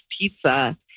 pizza